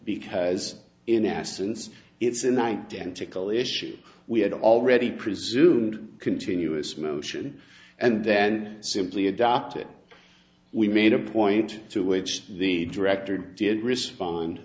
because in essence it's a night dentical issue we had already presumed continuous motion and then simply adopted we made a point to which the director did respond